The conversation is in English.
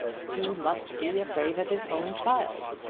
he must be afraid of his own child.